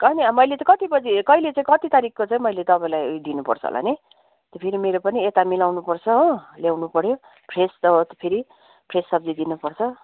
अनि मैले चाहिँ कति बजी कहिले चाहिँ कति तारिखको चाहिँ मैले तपाईँलाई ऊ दिनुपर्छ होला नि फेरि मेरो पनि यता मिलाउनुपर्छ हो ल्याउनुपऱ्यो फ्रेस नभए फेरि फ्रेस सब्जी दिनुपर्छ